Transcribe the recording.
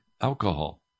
alcohol